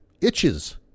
itches